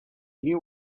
knew